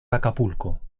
acapulco